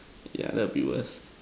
yeah that would be worst